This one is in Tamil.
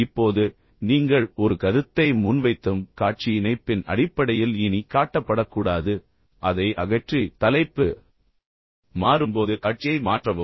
இப்போது நீங்கள் ஒரு கருத்தை முன்வைத்ததும் காட்சி இணைப்பின் அடிப்படையில் இனி காட்டப்படக்கூடாது அதை அகற்றி தலைப்பு மாறும்போது காட்சியை மாற்றவும்